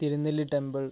Thirunelli temple